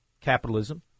capitalism